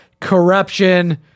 corruption